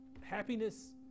happiness